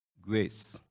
Grace